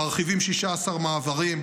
מרחיבים 16 מעברים,